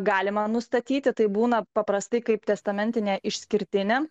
galima nustatyti tai būna paprastai kaip testamentinę išskirtinę